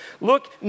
Look